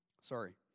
Sorry